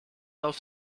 auf